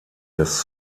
des